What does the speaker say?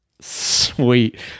Sweet